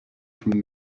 from